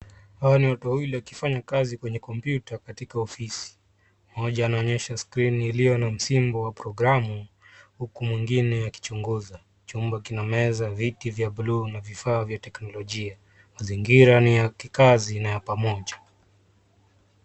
Hawa ni watu wawili wakifanya kazi kwenye kompyuta katika ofisi. Mmoja anaonyesha skrini iliyo na msimbo wa programu huku mwingine akichunguza. Chumba kina meza, viti vya blue na vifaa vya teknolojia. Mazingira ni ya kikazi na ya pamoja.